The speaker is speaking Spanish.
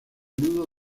nudo